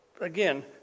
again